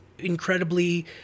Incredibly